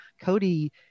Cody